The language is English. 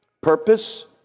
purpose